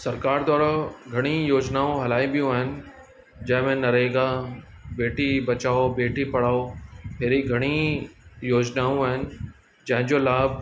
सरकारि द्वारा घणी योजिनाऊं हलाई पियूं आहिनि जंहिं में नरेगा बेटी बचाओ बेटी पढ़ाओ हेड़ी घणी योजिनाऊं आहिनि जंहिं जो लाभ